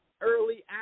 early